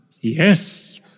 Yes